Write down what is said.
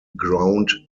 ground